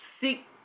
seek